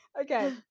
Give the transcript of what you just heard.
Okay